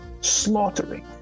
slaughtering